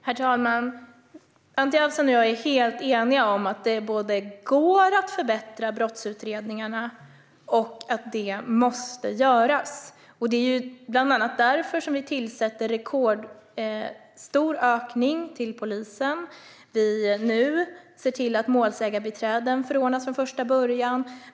Herr talman! Anti Avsan och jag är helt eniga om både att det går att förbättra brottsutredningarna och att det måste göras. Det är bland annat därför vi tillför en rekordstor ökning till polisen. Och vi ser nu till att målsägandebiträden förordnas från första början.